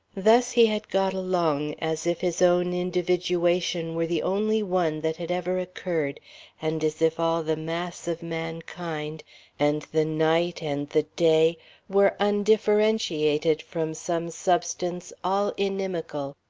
thus he had got along, as if his own individuation were the only one that had ever occurred and as if all the mass of mankind and the night and the day were undifferentiated from some substance all inimical.